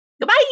Goodbye